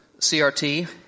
CRT